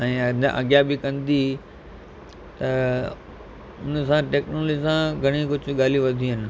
ऐं अञा अॻियां बि कंदी त उन सां टेक्नोलॉजी सां घणेई कुझु ॻाल्हियूं वधियूं आइन